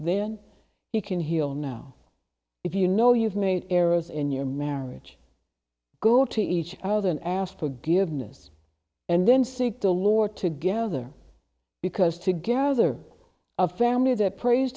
then you can heal now if you know you've made errors in your marriage go to each other and ask forgiveness and then seek the lord together because together a family that prays